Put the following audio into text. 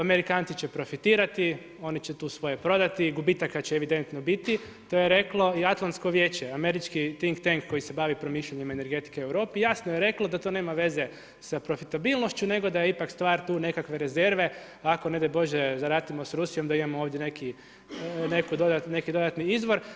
Amerikanci će profitirati, oni će tu svoje prodati, gubitaka će evidentno biti, to je reklo i Atlantsko vijeće, američki Think tank koji se bavi promišljanjem energetike u Europi, jasno je reklo da to nema veze sa profitabilnošću nego da je ipak stvar tu nekakve rezerve ako ne daj bože, zarazimo s Rusijom da imamo ovdje neki dodatni izvor.